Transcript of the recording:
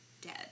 dead